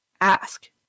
ask